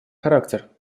характер